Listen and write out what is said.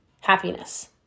happiness